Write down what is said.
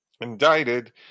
indicted